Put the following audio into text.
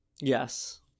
Yes